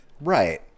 Right